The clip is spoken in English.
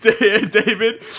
David